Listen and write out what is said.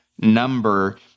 number